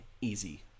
easy